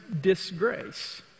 disgrace